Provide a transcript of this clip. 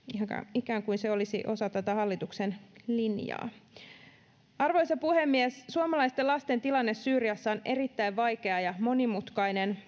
ikään kuin se olisi osa tätä hallituksen linjaa arvoisa puhemies suomalaisten lasten tilanne syyriassa on erittäin vaikea ja monimutkainen